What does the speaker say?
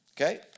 okay